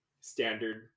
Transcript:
standard